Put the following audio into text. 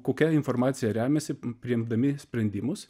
kokia informacija remiasi priimdami sprendimus